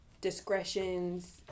discretions